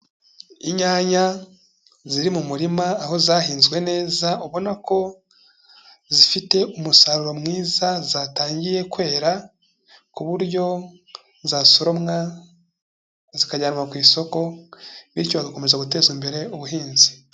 Inyanya ziri mu murima aho zahinzwe neza, ubona ko zifite umusaruro mwiza zatangiye kwera ku buryo zasoromwa zikajyanwa ku isoko, bityo hagakomeza guteza imbere ubuhinzi.